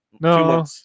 No